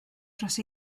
dros